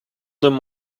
them